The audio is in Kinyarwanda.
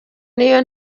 n’iyo